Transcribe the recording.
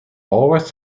always